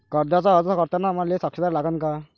कर्जाचा अर्ज करताना मले साक्षीदार लागन का?